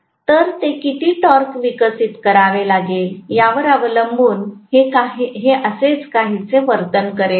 तर ते किती टॉर्क विकसित करावे लागेल यावर अवलंबून हे असेच काहीसे वर्तन करेल